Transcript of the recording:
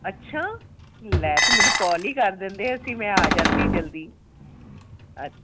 ਅੱਛਾ ਲੈ ਤੂੰ ਮੈਨੂੰ ਕੋਲ ਹੀ ਕਰ ਦਿੰਦੇ ਅਸੀਂ ਮੈਂ ਆ ਜਾਂਦੀ ਜਲਦੀ ਅੱਛ